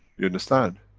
you understand?